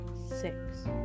Six